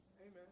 Amen